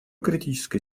критической